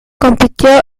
compitió